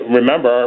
remember